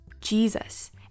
Jesus